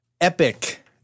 epic